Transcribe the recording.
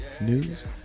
news